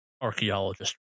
archaeologist